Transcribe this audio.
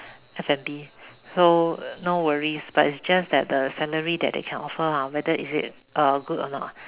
F_N_B so no worries but is just that the salary that they can offer lah whether is it uh good or not